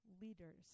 leaders